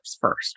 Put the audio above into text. first